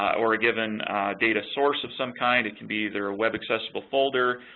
or a given data source of some kind, it can be either a web accessible folder,